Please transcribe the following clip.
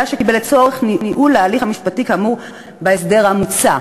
שקיבל לצורך ניהול ההליך המשפטי כאמור בהסדר המוצע,